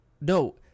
no